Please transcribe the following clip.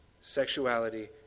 sexuality